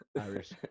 Irish